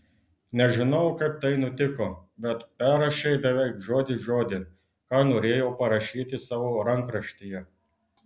nežinau kaip tai nutiko bet perrašei beveik žodis žodin ką norėjau parašyti savo rankraštyje